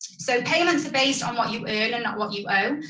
so payments are based on what you and and what you owe.